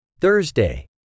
Thursday